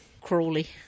Crawley